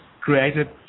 created